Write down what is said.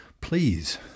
Please